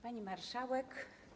Pani Marszałek!